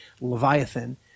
Leviathan